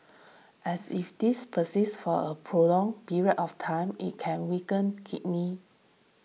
and if this persists for a prolonged period of time it can weaken kidney